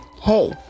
Hey